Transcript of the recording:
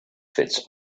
fits